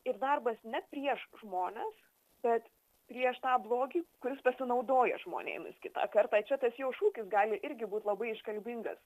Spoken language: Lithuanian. ir darbas ne prieš žmones bet prieš tą blogį kuris pasinaudoja žmonėmis kitą kartą čia tas jo šūkis gali irgi būt labai iškalbingas